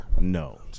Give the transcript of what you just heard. No